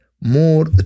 more